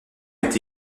est